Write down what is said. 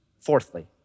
Fourthly